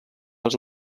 els